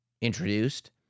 introduced